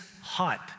hype